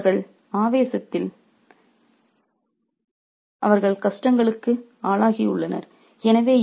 எனவே அவர்கள் ஆவேசத்தால் அவர்கள் கஷ்டங்களுக்கு ஆளாகியுள்ளனர்